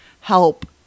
help